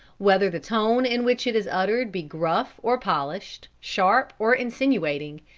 whether the tone in which it is uttered be gruff or polished, sharp or insinuating,